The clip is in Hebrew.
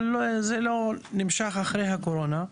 אבל זה לא נמשך אחרי הקורונה,